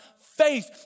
faith